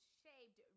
shaped